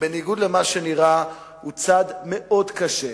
שבניגוד למה שנראה הוא צד מאוד קשה,